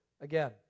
again